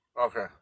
Okay